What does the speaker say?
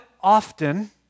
often